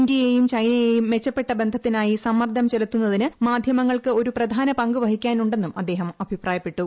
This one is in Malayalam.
ഇന്ത്യയേയും ചൈനയേയും മെച്ചപ്പെട്ട ബന്ധത്തിനായി സമ്മർദ്ദം ചെലുത്തുന്നതിന് മാധ്യമങ്ങൾക്ക് ഒരു പ്രധാന പങ്ക് വഹിക്കാനു ന്നും അദ്ദേഹം അഭിപ്രായപ്പെട്ടു